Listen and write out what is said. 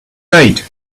late